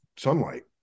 Sunlight